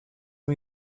and